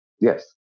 Yes